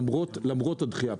למרות הדחייה.